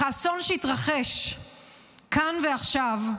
אך האסון שהתרחש כאן ועכשיו,